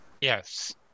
Yes